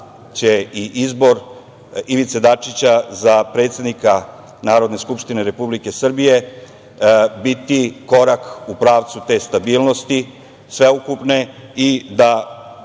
će i izbor Ivice Dačića za predsednika Narodne skupštine Republike Srbije biti korak u pravcu te stabilnosti sveukupne.